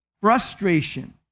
Frustration